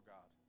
God